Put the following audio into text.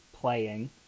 playing